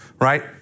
right